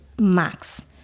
max